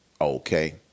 Okay